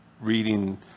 reading